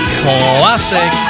classic